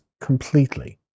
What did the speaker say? completely